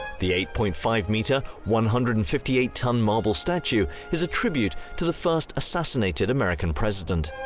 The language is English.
the eight point five metre one hundred and fifty eight ton marble statue is a tribute to the first assassinated american president.